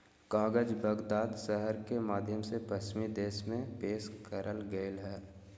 कागज बगदाद शहर के माध्यम से पश्चिम देश में पेश करल गेलय हइ